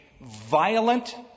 violent